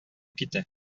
китә